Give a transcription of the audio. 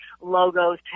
logos